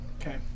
Okay